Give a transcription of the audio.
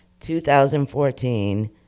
2014